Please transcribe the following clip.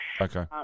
Okay